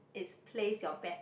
it's place your bet